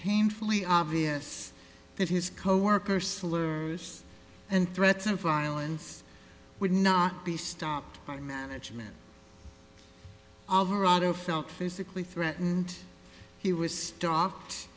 painfully obvious that his coworker slurs and threats of violence would not be stopped by management all rather felt physically threatened he was stopped